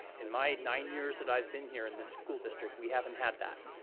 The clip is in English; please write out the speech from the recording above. in my nine years that i've been here in this school district, we haven't had that.